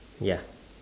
ya